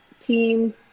team